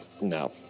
no